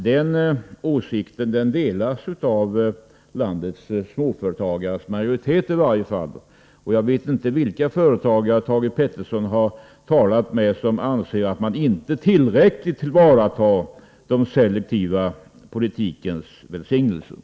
Den åsikten delas av i varje fall majoriteten bland landets småföretagare, och jag vet inte vilka företagare Thage Peterson talat med och som anser att man inte tillräckligt utnyttjar den selektiva politikens välsignelser.